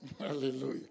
Hallelujah